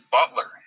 Butler